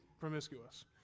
promiscuous